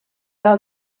are